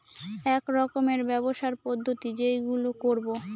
এক রকমের ব্যবসার পদ্ধতি যেইগুলো করবো